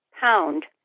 pound